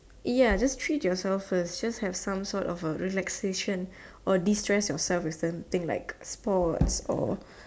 ya just treat yourself first just have some sort of a relaxation or destress yourself with some thing like sports or